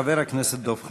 חבר הכנסת דב חנין.